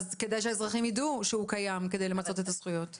אז כדאי שהאזרחים ידעו שהוא קיים עכל מנת למצות הזכויות שלהם.